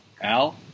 Al